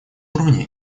уровне